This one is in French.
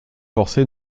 forcés